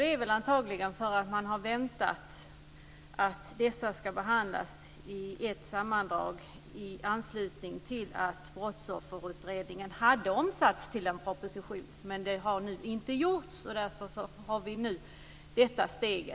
Det beror antagligen på att man har väntat på att dessa ska behandlas i ett sammanhang i anslutning till att Det har inte gjorts, och därför tar vi nu detta steg.